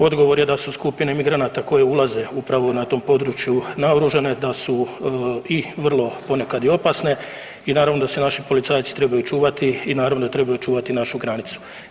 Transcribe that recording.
Odgovor je da su skupine migranata koje ulaze upravo na tom području naoružane, da su i vrlo ponekad i opasne i naravno da se naši policajci trebaju čuvati i naravno da trebaju čuvati i našu granicu.